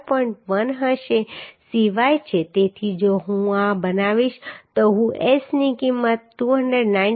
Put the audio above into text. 1 હશે CY છે તેથી જો હું આ બનાવીશ તો હું S ની કિંમત 299